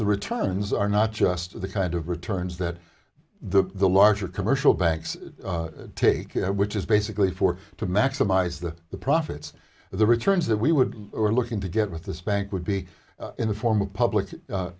the returns are not just the kind of returns that the the larger commercial banks take which is basically four to maximize the the profits the returns that we would we're looking to get with this bank would be in the form of public